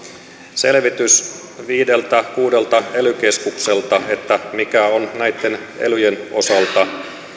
selvityksen viideltä viiva kuudelta ely keskukselta mikä on näitten elyjen osalta